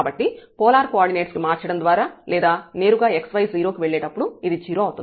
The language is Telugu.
కాబట్టి పోలార్ కోఆర్డినేట్స్ కు మార్చడం ద్వారా లేదా నేరుగా xy 0 కి వెళ్లేటప్పుడు ఇది 0 అవుతుంది